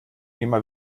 immer